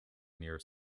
near